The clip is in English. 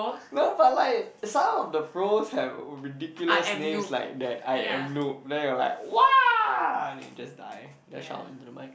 no but like some of the bros have ridiculous names like that I am noob then are like !wah! then you just die that shout into the mic